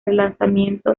relanzamiento